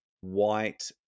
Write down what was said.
white